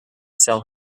sell